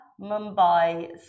Mumbai